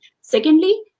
Secondly